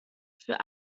für